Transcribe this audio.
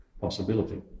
possibility